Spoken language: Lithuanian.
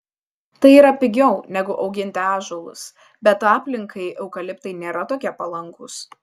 tai yra pigiau negu auginti ąžuolus bet aplinkai eukaliptai nėra tokie palankūs